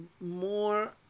more